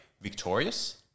Victorious